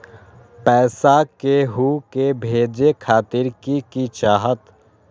पैसा के हु के भेजे खातीर की की चाहत?